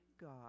God